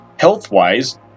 health-wise